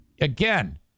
again